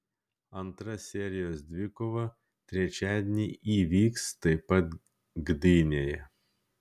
antra serijos dvikova trečiadienį įvyks taip pat gdynėje